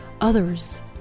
Others